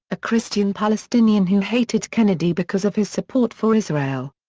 a christian palestinian who hated kennedy because of his support for israel.